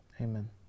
Amen